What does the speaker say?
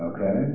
Okay